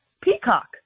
Peacock